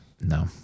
No